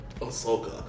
Ahsoka